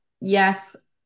yes